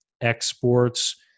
exports